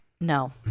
No